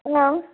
औ